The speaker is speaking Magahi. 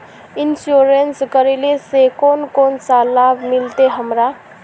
इंश्योरेंस करेला से कोन कोन सा लाभ मिलते हमरा?